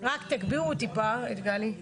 של הצלת חיים,